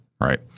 right